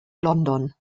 london